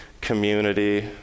community